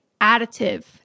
additive